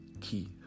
key